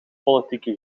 politieke